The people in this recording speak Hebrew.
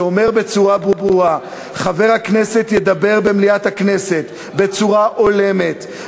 שאומר בצורה ברורה: "חבר הכנסת ידבר במליאת הכנסת בצורה הולמת,